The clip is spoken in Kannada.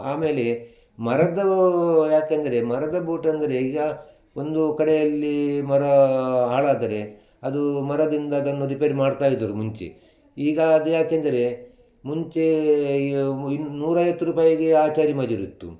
ಆಮೇಲೆ ಮರದ್ದವು ಯಾಕೆಂದರೆ ಮರದ ಬೋಟ್ ಅಂದರೆ ಈಗ ಒಂದು ಕಡೆಯಲ್ಲಿ ಮರ ಹಾಳಾದರೆ ಅದು ಮರದಿಂದ ಅದನ್ನು ರಿಪೇರಿ ಮಾಡ್ತಾಯಿದ್ರು ಮುಂಚೆ ಈಗ ಅದು ಯಾಕೆಂದರೆ ಮುಂಚೆ ಇನ್ನು ನೂರೈವತ್ತು ರೂಪಾಯಿಗೆ ಆಚಾರಿ ಮಜೂರಿತ್ತು